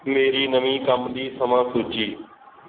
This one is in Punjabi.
ਮੇਰੀ ਨਵੀਂ ਕੰਮ ਦੀ ਸਮਾਂ ਸੂਚੀ